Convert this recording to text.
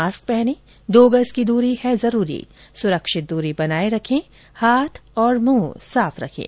mask पहनें दो गज की दूरी है जरूरी सुरक्षित दरी बनाए रखें हाथ और मुंह साफ रखें